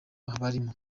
barimo